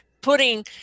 putting